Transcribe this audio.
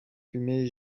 fumée